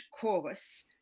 chorus